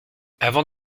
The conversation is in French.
avant